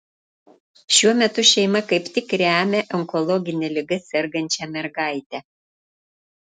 šiuo metu šeima kaip tik remia onkologine liga sergančią mergaitę